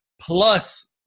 plus